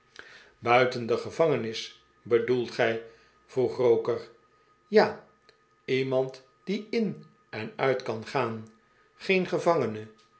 buiten de gevangenis bedoelt gij vroeg roker ja iemand die in en uit kan gaan geen gevangene